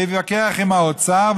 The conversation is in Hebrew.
התווכח עם האוצר,